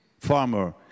farmer